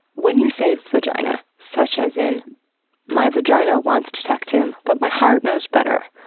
when you say vagina such as in my vagina wants to text him, but my heart knows better,